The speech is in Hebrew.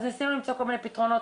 אז ניסינו למצוא כל מיני פתרונות,